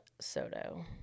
Soto